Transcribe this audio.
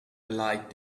light